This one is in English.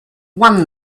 won